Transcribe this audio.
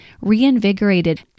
reinvigorated